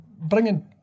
bringing